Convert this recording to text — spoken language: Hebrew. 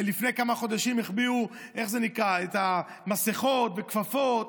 לפני כמה חודשים החביאו את המסכות ואת הכפפות.